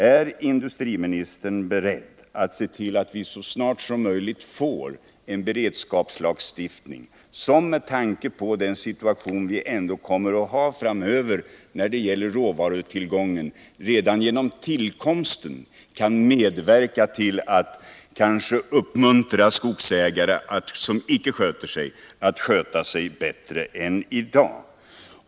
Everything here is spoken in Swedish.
Är industriministern beredd att se till att vi så snart som möjligt får en beredskapslagstiftning som, med tanke på den situation vi ändå kommer att ha framöver när det gäller råvarutillgången, redan genom sin tillkomst kanske kan medverka till att uppmuntra skogsägare som icke sköter sig att göra det bättre än i dag?